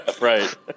right